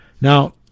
Now